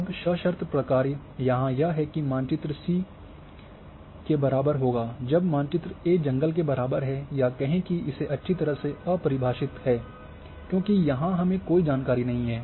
अब सशर्त प्रकार्य यहां यह है यह मानचित्र सी के बराबर होगा जब मानचित्र ए जंगल के बराबर है या कहें कि इसे अच्छी तरह से अपरिभाषित है क्योंकि यहां हमें कोई जानकारी नहीं है